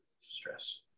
stress